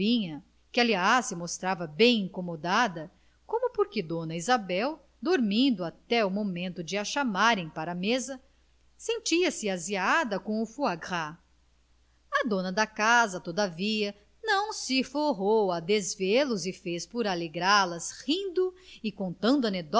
pombinha que aliás se mostrava bem incomodada como porque dona isabel dormindo até o momento de a chamarem para mesa sentia-se aziada com o foie gras a dona da casa todavia não se forrou a desvelos e fez por alegrá las rindo e contando anedotas